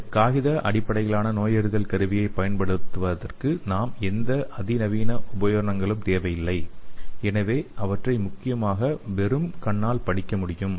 இந்த காகித அடிப்படையிலான நோயறிதல் கருவியைப் பயன்படுத்துவதற்கு நமக்கு எந்த அதிநவீன உபகரணங்களும் தேவையில்லை எனவே அவற்றை முக்கியமாக வெறும் கண்ணால் படிக்க முடியும்